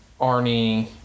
Arnie